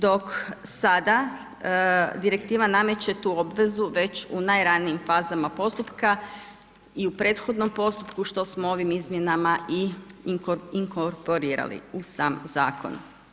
Dok sada direktiva nameće tu obvezu već u najranijim fazama postupka i u prethodnom postupku što smo ovim izmjenama i inkorporirali u sam zakon.